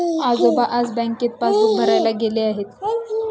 आजोबा आज बँकेत पासबुक भरायला गेले आहेत